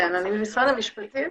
אני ממשרד המשפטים.